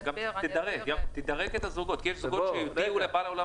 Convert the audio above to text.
תדרג את הזוגות כי יש זוגות שהודיעו לבעל האולם